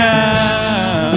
now